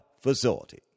facility